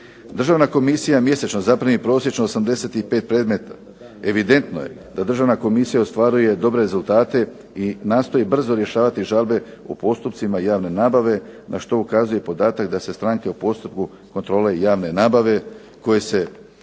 Državna komisija mjesečno zaprimi prosječno 85 predmeta. Evidentno je da Državna komisija ostvaruje dobre rezultate i nastoji brzo rješavati žalbe u postupcima javne nabave na što ukazuje i podatak da se stranke u postupku kontrole i javne nabave koji se